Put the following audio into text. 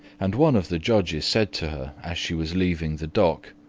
and one of the judges said to her as she was leaving the dock,